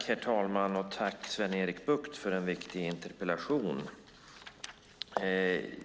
Herr talman! Jag tackar Sven-Erik Bucht för en viktig interpellation.